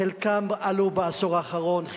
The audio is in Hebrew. חלקם עלו בעשור האחרון,